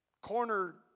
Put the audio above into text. corner